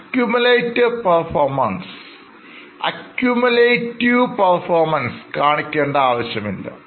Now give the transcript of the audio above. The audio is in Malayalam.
Accumulative performance കാണിക്കേണ്ട ആവശ്യമില്ല